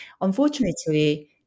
Unfortunately